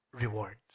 rewards